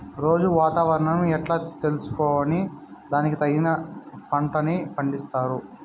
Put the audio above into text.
రోజూ వాతావరణాన్ని ఎట్లా తెలుసుకొని దానికి తగిన పంటలని పండిస్తారు?